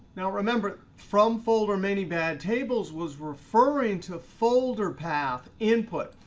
now remember, from foldermanybadtables was referring to a folder path input.